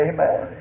Amen